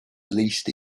least